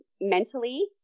mentally